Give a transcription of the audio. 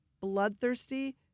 bloodthirsty